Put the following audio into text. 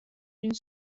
d’une